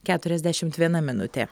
keturiasdešimt viena minutė